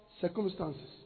circumstances